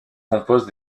compose